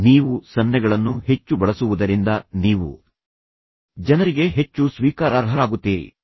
ನೀವು ಸನ್ನೆಗಳನ್ನು ಹೆಚ್ಚು ಬಳಸುವುದರಿಂದ ನೀವು ಜನರಿಗೆ ಹೆಚ್ಚು ಸ್ವೀಕಾರಾರ್ಹರಾಗುತ್ತೀರಿ